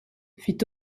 fit